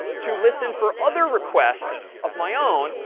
to listen for other requests of my own,